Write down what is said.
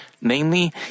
Namely